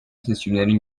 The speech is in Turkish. seçimlerin